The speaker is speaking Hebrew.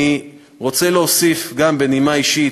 אני רוצה להוסיף, בנימה אישית,